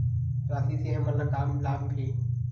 राशि से हमन ला का लाभ हे?